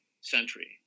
century